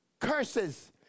curses